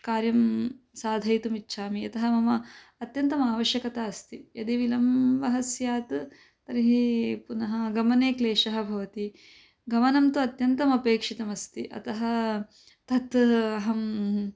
कार्यं साधयितुमिच्छामि यतः मम अत्यन्तमावश्यकता अस्ति यदि विलम्बः स्यात् तर्हि पुनः गमने क्लेशः भवति गमनं तु अत्यन्तमपेक्षितमस्ति अतः तत् अहं